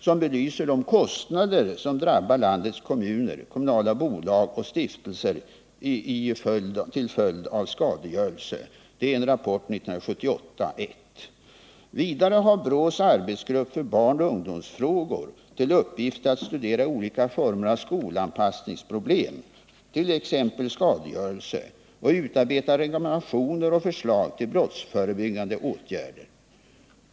Den belyser de kostnader som till följd av skadegörelse drabbar landets kommuner, kommunala bolag och stiftelser. Vidare har BRÅ:s arbetsgrupp för barnoch ungdomsfrågor = till uppgift att studera olika former av skolanpassningsproblem, t.ex. skadegörelse, och utarbeta rekommendationer och förslag till brottsförebyggande åtgärder.